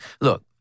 look